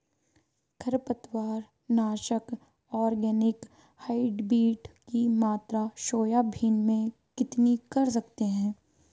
खरपतवार नाशक organic hybrid की मात्रा सोयाबीन में कितनी कर सकते हैं?